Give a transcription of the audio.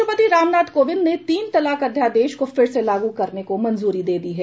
राष्ट्रपति राम नाथ कोविंद ने तीन तलाक अध्यादेश को फिर से लागू करने को मंजूरी दे दी है